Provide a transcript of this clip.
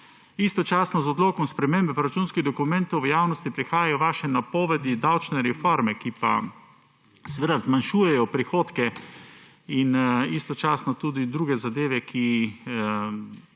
Istočasno z odlokom spremembe proračunskih dokumentov v javnost prihajajo vaše napovedi davčne reforme, ki pa zmanjšujejo prihodke, in istočasno tudi druge zadeve, ki